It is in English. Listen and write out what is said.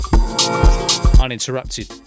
Uninterrupted